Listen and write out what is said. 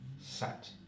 sat